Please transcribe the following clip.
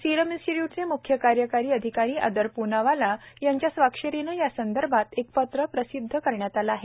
serum इन्स्टिट्यूटचे म्ख्य कार्यकारी अधिकारी आदर पूनावाला यांच्या स्वाक्षरीनं या संदर्भात एक पत्रक प्रसिद्धीस देण्यात आलं आहे